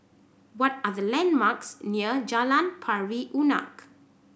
what are the landmarks near Jalan Pari Unak